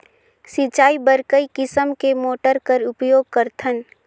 सिंचाई बर कई किसम के मोटर कर उपयोग करथन?